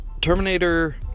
Terminator